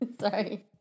Sorry